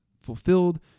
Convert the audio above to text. fulfilled